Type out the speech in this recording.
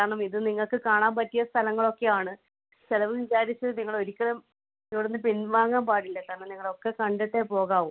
കാരണം ഇത് നിങ്ങൾക്ക് കാണാൻ പറ്റിയ സ്ഥലങ്ങളൊക്കെയാണ് ചിലവ് വിചാരിച്ച് നിങ്ങളൊരിക്കലും ഇവിടുന്ന് പിൻവാങ്ങാൻ പാടില്ല കാരണം നിങ്ങളൊക്കെ കണ്ടിട്ടേ പോകാവൂ